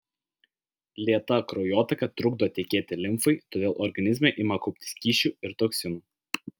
lėta kraujotaka trukdo tekėti limfai todėl organizme ima kauptis skysčių ir toksinų